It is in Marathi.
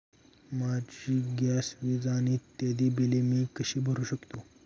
माझी गॅस, वीज, पाणी इत्यादि बिले मी कशी भरु शकतो?